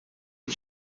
une